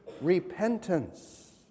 repentance